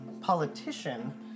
politician